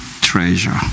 treasure